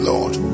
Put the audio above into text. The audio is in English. Lord